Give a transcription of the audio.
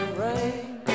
rain